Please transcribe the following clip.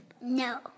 No